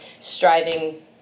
striving